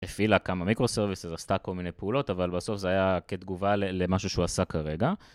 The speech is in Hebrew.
הפעילה כמה מיקרו סרוויסס עשתה כל מיני פעולות אבל בסוף זה היה כתגובה למשהו שהוא עשה כרגע.